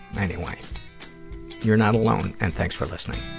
anyway. you're not alone, and thanks for listening.